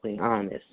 honest